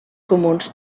comuns